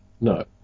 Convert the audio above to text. No